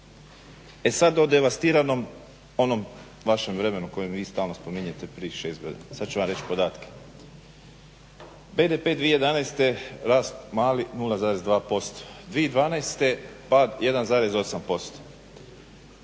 E sada o devastiranom onom vašem vremenu koje vi sada spominjete prije … godina. Sada ću vam reći podatke. BDP 2011. rast mali 0,2%, 2012. pad 1,8%,